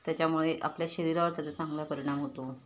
त्याच्यामुळे आपल्या शरीरावर त्याचा चांगला परिणाम होतो